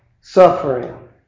suffering